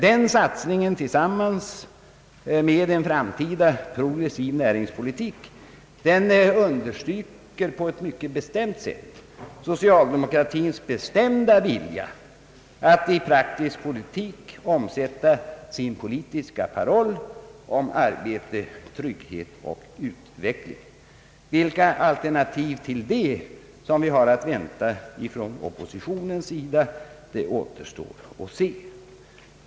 Den satsningen tillsammans med en framtida progressiv näringspolitik understryker på ett mycket bestämt sätt socialdemokratins bestämda vilja att i praktisk politik om sätta sin politiska paroll om arbete, trygghet och utveckling. Vilka alternativ till detta vi har att vänta från oppositionens sida återstår att se.